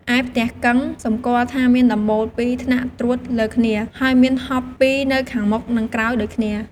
ឯផ្ទះកឹង សម្គាល់ថាមានដំបូលពីរថ្នាក់ត្រួតលើគ្នា ហើយមានហប់ពីរនៅខាងមុខនិងក្រោយដូចគ្នា។